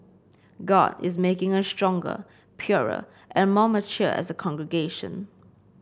God is making us stronger purer and more mature as a congregation